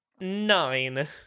Nine